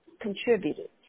contributed